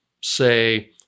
say